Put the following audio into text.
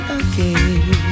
again